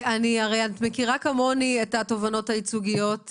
את מכירה כמוני את התובענות הייצוגיות,